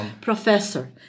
professor